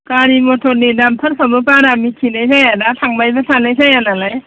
गारि मटरनि दामफोरखौनो बारा मिथिनाय जाया ना थांबायबो थानाय जायानालाय